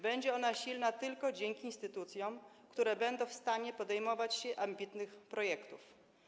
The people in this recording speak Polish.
Będzie ona silna tylko dzięki instytucjom, które będą w stanie podejmować się ambitnych projektów.